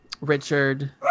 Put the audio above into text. richard